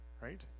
right